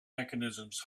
mechanisms